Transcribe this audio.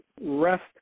rest